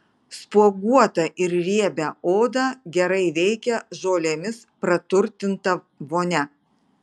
spuoguotą ir riebią odą gerai veikia žolėmis praturtinta vonia